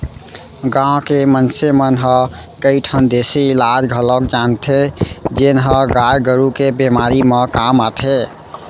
गांव के मनसे मन ह कई ठन देसी इलाज घलौक जानथें जेन ह गाय गरू के बेमारी म काम आथे